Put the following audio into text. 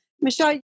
Michelle